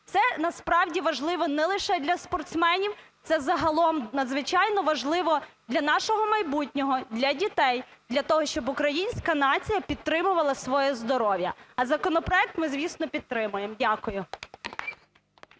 Це насправді важливо не лише для спортсменів, це загалом надзвичайно важливо для нашого майбутнього, для дітей, для того, щоб українська нація підтримувала своє здоров'я. А законопроект ми, звісно, підтримаємо. Дякую.